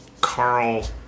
Carl